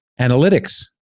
analytics